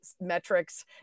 metrics